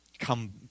come